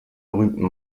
berühmten